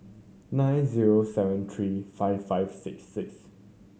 nine zero seven three five five six six